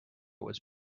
was